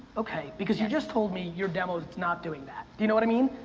okay, because you just told me your demo is not doing that, do you know what i mean?